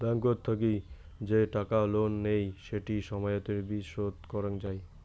ব্যাংকত থাকি যে টাকা লোন নেই সেটি সময়তের বিচ শোধ করং যাই